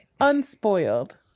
Unspoiled